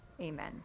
amen